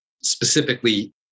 specifically